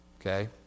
Okay